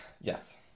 yes